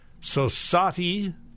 Sosati